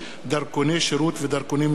דרכוני שירות ודרכונים לאומיים.